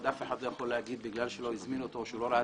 שזה אותו דבר.